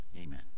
Amen